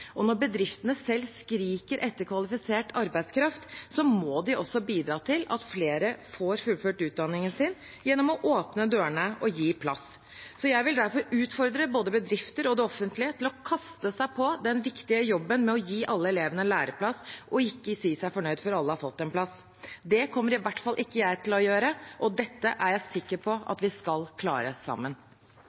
Og når bedriftene selv skriker etter kvalifisert arbeidskraft, må de også bidra til at flere får fullført utdanningen sin, gjennom å åpne dørene og gi plass. Jeg vil derfor utfordre både bedrifter og det offentlige til å kaste seg på den viktige jobben med å gi alle elevene læreplass, og ikke si seg fornøyd før alle har fått en plass. Det kommer i hvert fall ikke jeg til å gjøre, og dette er jeg sikker på at vi skal klare sammen.